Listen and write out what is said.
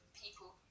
people